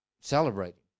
celebrating